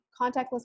contactless